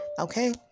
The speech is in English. okay